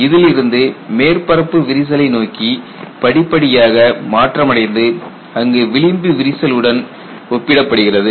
இதிலிருந்து மேற்பரப்பு விரிசலை நோக்கி படிப்படியாக மாற்றமடைந்து அங்கு விளிம்பு விரிசல் உடன் ஒப்பிடப்படுகிறது